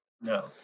No